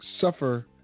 suffer